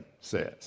says